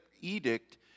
edict